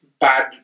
bad